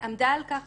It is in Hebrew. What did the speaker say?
הסניגוריה עמדה על כך